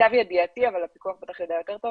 למיטב ידיעתי, אבל הפיקוח יודע יותר טוב